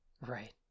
Right